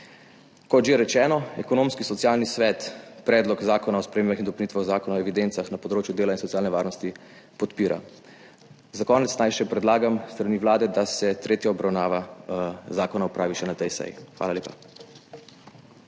Kot že rečeno, Ekonomsko-socialni svet Predlog zakona o spremembah in dopolnitvah Zakona o evidencah na področju dela in socialne varnosti podpira. Za konec naj še predlagam v imenu Vlade, da se tretja obravnava zakona opravi še na tej seji. Hvala lepa.